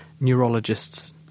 neurologists